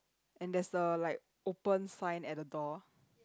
and there's the like open sign at the door